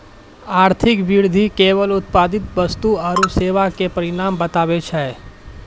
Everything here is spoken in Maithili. आर्थिक वृद्धि केवल उत्पादित वस्तु आरू सेवा के परिमाण बतबै छै